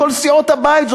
בכל סיעות הבית.